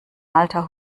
alter